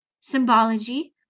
symbology